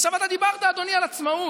עכשיו, אתה דיברת, אדוני, על עצמאות.